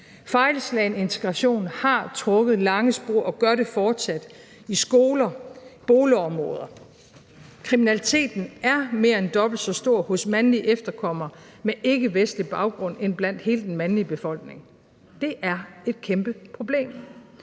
Fejlslagen integration har trukket lange spor og gør det fortsat – i skoler, boligområder. Kriminaliteten er mere end dobbelt så høj hos mandlige efterkommere med ikkevestlig baggrund end blandt hele den mandlige befolkning. Det er et kæmpeproblem.